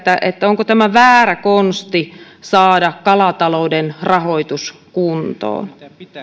onko tämä väärä konsti saada kalatalouden rahoitus kuntoon